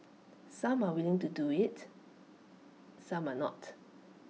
some are willing to do IT some are not